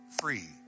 free